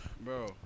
Bro